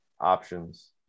options